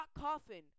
Coffin